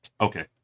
okay